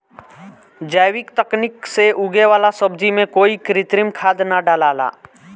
जैविक तकनीक से उगे वाला सब्जी में कोई कृत्रिम खाद ना डलाला